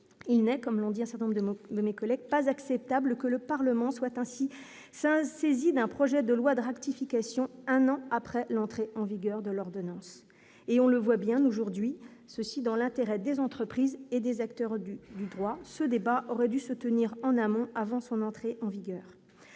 Inès, comme l'ont dit un certain nombre de beaucoup de mes collègues pas acceptable que le Parlement soit ainsi sa saisie d'un projet de loi de ratification, un an après l'entrée en vigueur de l'ordonnance et on le voit bien aujourd'hui, ceci dans l'intérêt des entreprises et des acteurs du du droit, ce débat aurait dû se tenir en amont avant son entrée en vigueur,